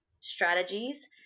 strategies